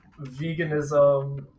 veganism